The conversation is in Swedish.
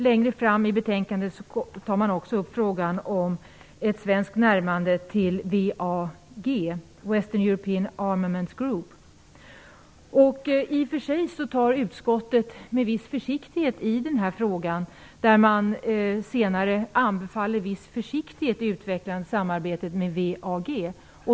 Längre fram i betänkandet tar man också upp frågan om ett svenskt närmande till WEAG, Western European Armaments I och för sig anbefaller utskottet senare viss försiktighet i utvecklandet av samarbetet med WEAG.